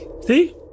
See